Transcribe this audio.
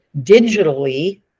digitally